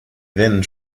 veines